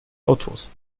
autos